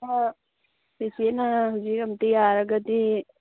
ꯍꯣꯏ ꯆꯦꯆꯦꯅ ꯍꯧꯖꯤꯛ ꯑꯝꯇ ꯌꯥꯔꯒꯗꯤ